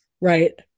Right